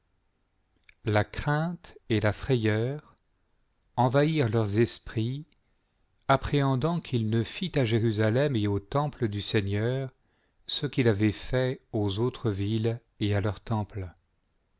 la crainte et fecerunt filii israël secundum leurs esprits appréhendant qu'il ne fît à jérusalem et au temple du seigneur ce qu'il avait fait aux autres villes et à leurs temples